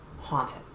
haunted